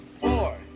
four